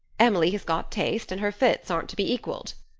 emily has got taste, and her fits aren't to be equaled.